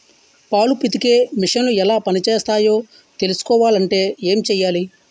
పాలు పితికే మిసన్లు ఎలా పనిచేస్తాయో తెలుసుకోవాలంటే ఏం చెయ్యాలి?